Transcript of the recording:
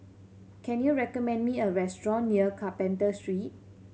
can you recommend me a restaurant near Carpenter Street